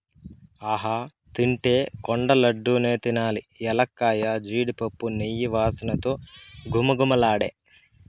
ఆహా తింటే కొండ లడ్డూ నే తినాలి ఎలక్కాయ, జీడిపప్పు, నెయ్యి వాసనతో ఘుమఘుమలాడే